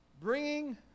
bringing